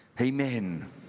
Amen